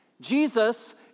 Jesus